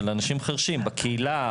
של אנשים חירשים בקהילה,